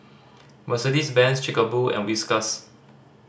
Mercedes Benz Chic a Boo and Whiskas